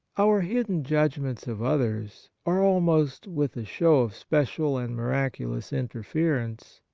our hidden judgments of others are, almost with a show of special and miraculous interference,